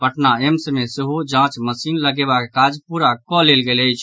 Patna AIIMS मे सेहो जांच मशीन लगेबाक काज पूरा कऽ लेल गेल अछि